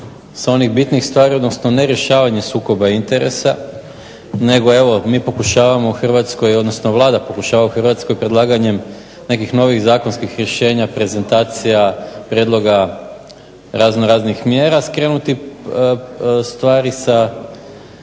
sa onih bitnih stvari odnosno nerješavanje sukoba interesa nego evo mi pokušavamo Hrvatskoj odnosno Vlada pokušava u Hrvatskoj predlaganjem nekih novih zakonskih rješenjima, prezentacija, prijedloga, raznoraznih mjera skrenuti stvari sa